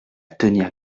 tenir